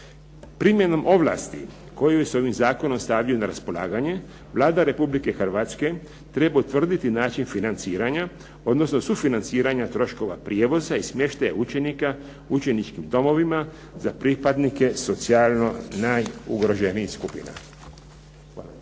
Primjenom ovlasti koje su joj ovim zakonom stavljaju na raspolaganje Vlada Republike Hrvatske treba utvrditi način financiranja, odnosno sufinanciranja troškova prijevoza i smještaja učenika u učeničkim domovima za pripadnike socijalno najugroženijih skupina. Hvala.